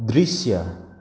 दृश्य